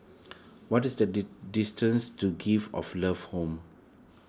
what is the distance to Gift of Love Home